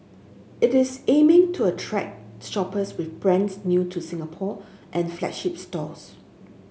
it is aiming to attract shoppers with brands new to Singapore and flagship stores